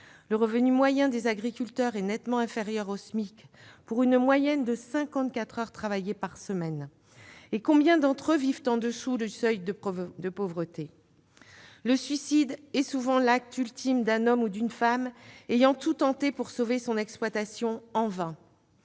Le revenu moyen des agriculteurs est nettement inférieur au SMIC, pour une moyenne de 54 heures travaillées par semaine. Et combien d'entre eux vivent au-dessous du seuil de pauvreté ? Le suicide est souvent l'acte ultime d'un homme ou d'une femme qui a tout tenté pour sauver son exploitation, en vain.